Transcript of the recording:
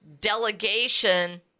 delegation